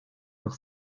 doch